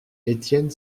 étienne